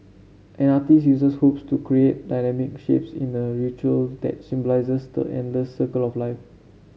an artiste uses hoops to create dynamic shapes in a ritual that symbolises the endless circle of life